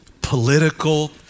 political